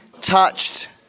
touched